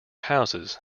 houses